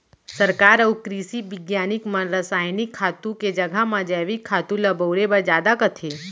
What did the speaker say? सरकार अउ कृसि बिग्यानिक मन रसायनिक खातू के जघा म जैविक खातू ल बउरे बर जादा कथें